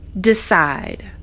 Decide